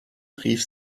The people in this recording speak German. rief